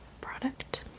product